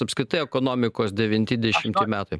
apskritai ekonomikos devinti dešimti metai